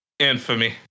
Infamy